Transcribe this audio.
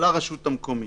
לרשות המקומית.